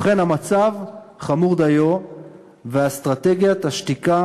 אנחנו מדברים בדיוק על אותם עסקים קטנים שאנחנו